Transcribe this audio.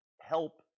help